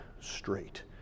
straight